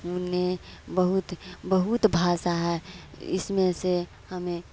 उने बहुत बहुत भाषा इसमें से हमें